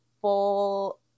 full